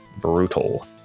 brutal